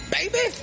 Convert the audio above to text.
Baby